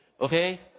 Okay